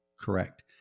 Correct